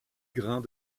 grains